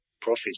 profit